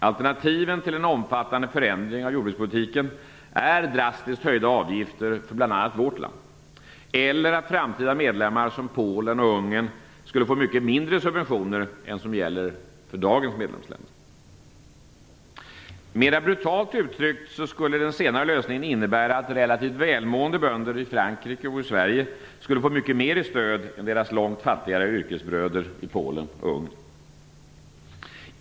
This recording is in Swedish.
Alternativen till en omfattande förändring av jordbrukspolitiken är drastiskt höjda avgifter för bl.a. vårt land eller att framtida medlemmar som Polen och Ungern får mycket mindre subventioner än vad som gäller för dagens medlemsländer. Mera brutalt uttryckt skulle den senare lösningen innebära att relativt välmående bönder i Frankrike och Sverige skulle få mycket mer i stöd än deras långt fattigare yrkesbröder i Polen och Ungern.